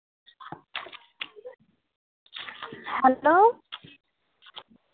hello